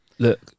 Look